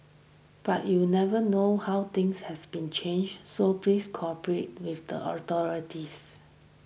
but you never know how things has been changed so please cooperate with the authorities